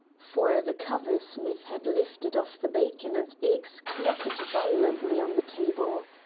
for the cover smith had lifted off the bacon and eggs clattered violently on the table.